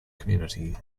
community